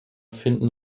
finden